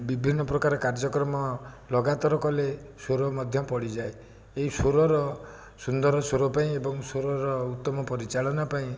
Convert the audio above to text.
ବିଭିନ୍ନପ୍ରକାର କାର୍ଯ୍ୟକ୍ରମ ଲଗାତର କଲେ ସ୍ୱର ମଧ୍ୟ ପଡ଼ିଯାଏ ଏହି ସ୍ୱରର ସୁନ୍ଦର ସ୍ୱର ପାଇଁ ଏବଂ ସ୍ୱରର ଉତ୍ତମ ପରିଚାଳନା ପାଇଁ